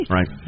Right